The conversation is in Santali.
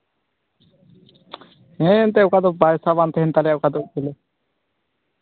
ᱦᱮᱸ ᱮᱱᱛᱮᱜ ᱚᱠᱟ ᱫᱚ ᱯᱚᱭᱥᱟ ᱵᱟᱝ ᱛᱟᱦᱮᱱ ᱛᱟᱞᱮᱭᱟ ᱚᱠᱟ ᱫᱤᱱ ᱦᱤᱞᱳᱜ